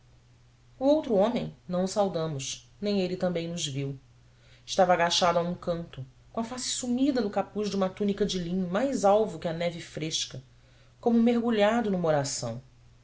outro homem não o saudamos nem ele também nos viu estava agachado a um canto com a face sumida no capuz de uma túnica de linho mais alvo que a neve fresca como mergulhado numa oração